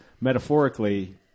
metaphorically